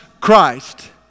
Christ